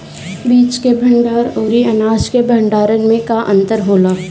बीज के भंडार औरी अनाज के भंडारन में का अंतर होला?